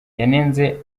yanenze